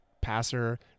passer